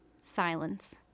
Silence